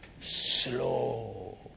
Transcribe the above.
Slow